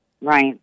Right